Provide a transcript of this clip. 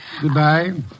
Goodbye